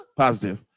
Positive